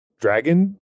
dragon